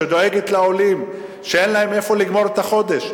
שדואגת לעולים שאין להם איך לגמור את החודש,